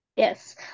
Yes